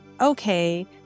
okay